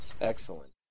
Excellent